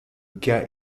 cas